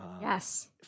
yes